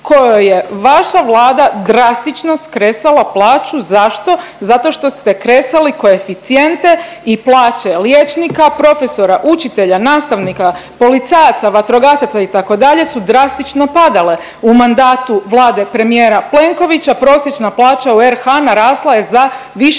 kojoj je vaša vlada drastično skresala plaću. Zato što ste kresali koeficijente i plaće liječnika, profesora, učitelja, nastavnika, policajaca, vatrogasaca, itd. su drastično padale. U mandatu vlade premijera Plenkovića, prosječna plaća u RH narasla je za više